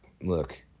look